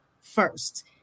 first